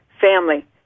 family